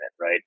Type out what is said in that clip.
right